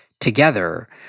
together